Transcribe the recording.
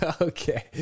Okay